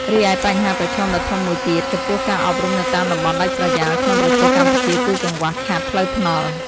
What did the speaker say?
រីឯបញ្ហាប្រឈមដ៏ធំមួយទៀតចំពោះការអប់រំនៅតាមតំបន់ដាច់ស្រយាលក្នុងប្រទេសកម្ពុជា គឺកង្វះខាតផ្លូវថ្នល់។